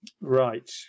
Right